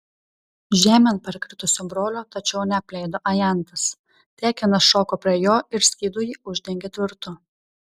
žemėn parkritusio brolio tačiau neapleido ajantas tekinas šoko prie jo ir skydu jį uždengė tvirtu